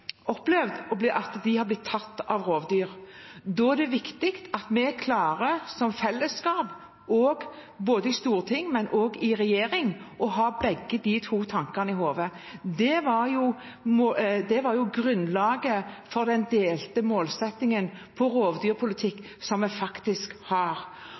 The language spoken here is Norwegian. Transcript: opplevd at de er blitt tatt av rovdyr. Da er det viktig at vi som fellesskap klarer, både i storting og i regjering, å ha begge de to tankene i hodet. Det var grunnlaget for den delte målsettingen for rovdyrpolitikk som vi faktisk har.